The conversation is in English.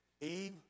Eve